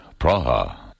Praha